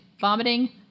vomiting